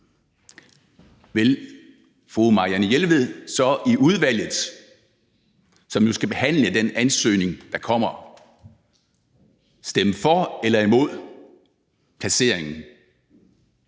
vil fru Marianne Jelved så i udvalget, som jo skal behandle den ansøgning, der kommer, stemme for eller imod placeringen